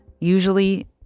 usually